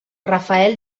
rafael